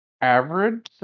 average